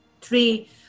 three